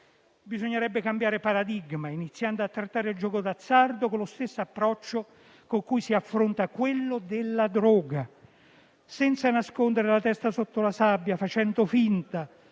Bisognerebbe cambiare paradigma, iniziando a trattare il gioco d'azzardo con lo stesso approccio con cui si affronta la droga, senza nascondere la testa sotto la sabbia facendo finta,